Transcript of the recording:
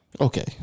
Okay